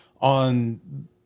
on